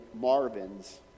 Marvin's